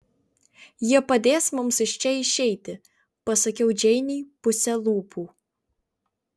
jie padės mums iš čia išeiti pasakiau džeinei puse lūpų